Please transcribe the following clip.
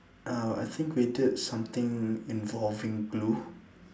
uh I think we did something involving glue